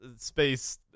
space